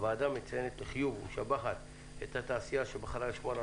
הוועדה מציינת לחיוב ומשבחת את התעשייה שבחרה לשמור על